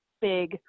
big